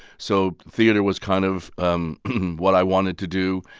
so theater was kind of um what i wanted to do.